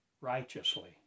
Righteously